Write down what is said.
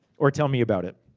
or tell me about it.